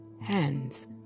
hands